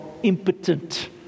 impotent